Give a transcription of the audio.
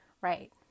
right